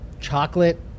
chocolate